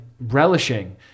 relishing